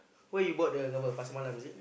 where you bought the cover Pasar Malam is it